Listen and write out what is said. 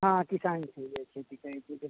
हँ किसान छियै खेती करै छियै